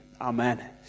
Amen